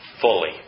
fully